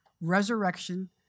resurrection